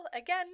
again